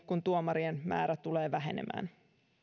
kuin tuomarien määrä tulee vähenemään